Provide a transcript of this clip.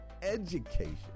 education